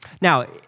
Now